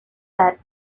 that